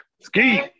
Ski